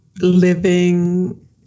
living